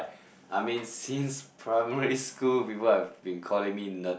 I mean since primary school people have been calling me Nerd